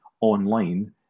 online